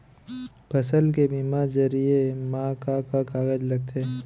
फसल के बीमा जरिए मा का का कागज लगथे?